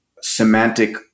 semantic